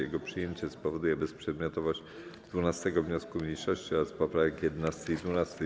Jego przyjęcie spowoduje bezprzedmiotowość 12. wniosku mniejszości oraz poprawek 11. i 12.